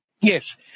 Yes